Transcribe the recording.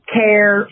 care